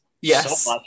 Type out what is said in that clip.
Yes